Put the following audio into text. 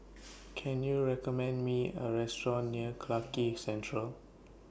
Can YOU recommend Me A Restaurant near Clarke Quay Central